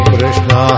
Krishna